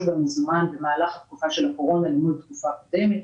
במזומן במהלך תקופת הקורונה אל מול התקופה הקודמת,